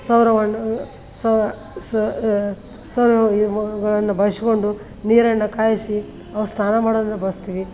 ಸೌರಮಂಡಲ ಸೌರ ಸ ಸೌರವ್ಯೂಹಗಳನ್ನು ಬಳಸಿಕೊಂಡು ನೀರನ್ನು ಕಾಯಿಸಿ ನಾವು ಸ್ನಾನ ಮಾಡಲು ಬಳಸ್ತೀವಿ